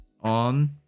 on